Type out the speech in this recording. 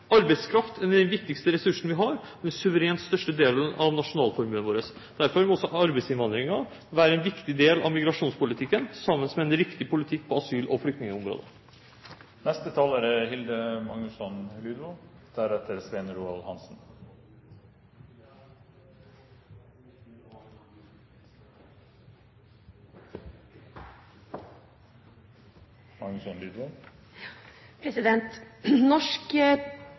Arbeidskraft er den viktigste ressursen vi har, og den suverent største delen av nasjonalformuen vår. Derfor må også arbeidsinnvandring være en viktig del av migrasjonspolitikken, sammen med en riktig politikk på asyl- og